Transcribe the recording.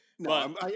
No